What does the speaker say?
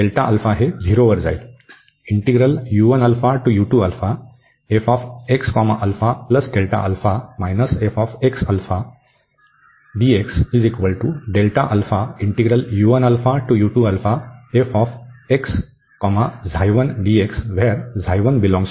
तर हे हे कडे जाईल जेव्हा हे 0 वर जाईल